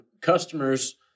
customers